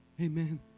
Amen